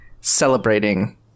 celebrating